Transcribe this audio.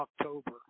October